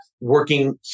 working